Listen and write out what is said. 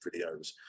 videos